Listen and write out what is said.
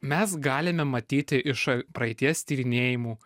mes galime matyti iš praeities tyrinėjimų